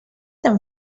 them